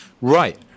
Right